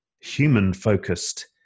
human-focused